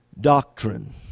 doctrine